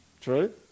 true